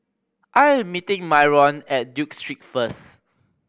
I am meeting Myron at Duke Street first